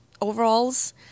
overalls